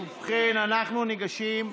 אנחנו ניגשים,